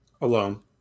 alone